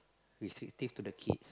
restrictive to the kids